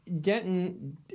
Denton